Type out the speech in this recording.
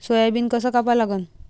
Soybean कस कापा लागन?